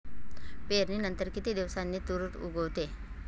पेरणीनंतर किती दिवसांनी तूर उगवतो?